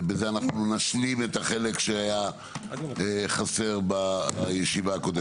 ובכך נשלים את החלק שהיה חסר בישיבה הקודמת.